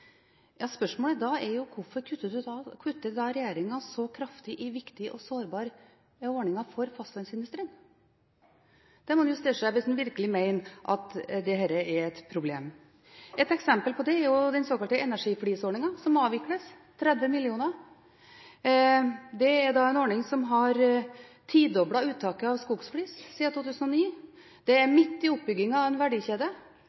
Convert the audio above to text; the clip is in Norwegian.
da: Hvorfor kutter regjeringen så kraftig i viktige og sårbare ordninger for fastlandsindustrien? Det spørsmålet må en jo stille seg, hvis en virkelig mener at dette er et problem. Et eksempel på det er den såkalte energiflisordningen, som nå avvikles – 30 mill. kr. Det er en ordning som har tidoblet uttaket av skogsflis siden 2009. Man er midt i oppbyggingen av en verdikjede,